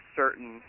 certain